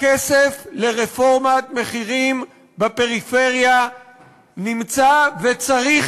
הכסף לרפורמת מחירים בפריפריה נמצא וצריך